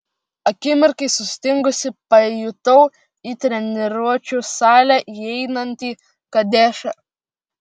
akimirkai sustingusi pajutau į treniruočių salę įeinantį kadešą